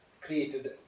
created